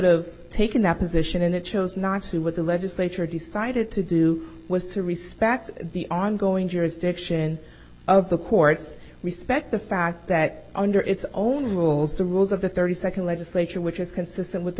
've taken that position and it chose not to what the legislature decided to do was to respect the ongoing jurisdiction of the courts respect the fact that under its own rules the rules of the thirty second legislature which is consistent with the